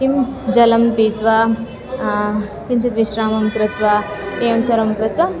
किं जलं पीत्वा किञ्चित् विश्रामं कृत्वा किं सर्वं कृत्वा